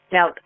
Now